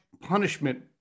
punishment